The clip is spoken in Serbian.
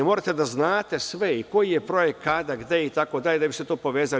Morate da znate sve i koji je projekt, kada, gde itd, da bi se povezali.